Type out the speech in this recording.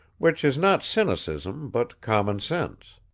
which is not cynicism, but common sense.